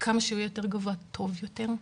וכמה שהוא יהיה יותר גבוה זה טוב יותר,